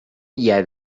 yet